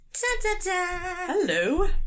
Hello